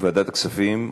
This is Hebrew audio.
ועדת הכספים.